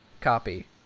copy